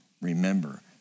remember